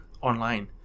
online